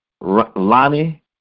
Lonnie